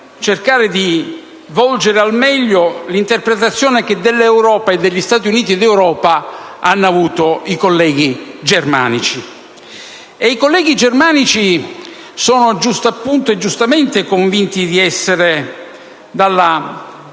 cercare di volgere al meglio l'interpretazione che dell'Europa e degli Stati Uniti d'Europa hanno avuto i colleghi germanici. E i colleghi germanici sono giustappunto, e giustamente, convinti di essere dalla